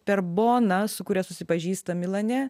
per boną su kuria susipažįsta milane